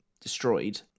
destroyed